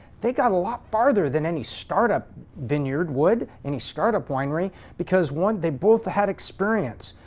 they got a lot farther than any startup vineyard would, any startup winery, because one, they both had experience.